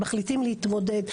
מחליטים להתמודד.